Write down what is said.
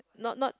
not not